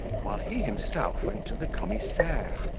while he himself went to the commissaire,